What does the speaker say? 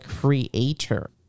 creator